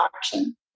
action